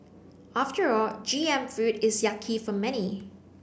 after all G M food is yucky for many